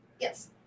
Yes